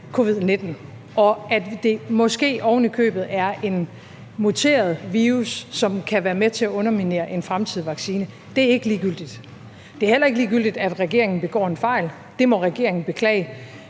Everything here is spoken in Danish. covid-19, og at det måske oven i købet er en muteret virus, som kan være med til at underminere en fremtidig vaccine. Det er ikke ligegyldigt. Det er heller ikke ligegyldigt, at regeringen begår en fejl. Det må regeringen beklage.